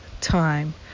time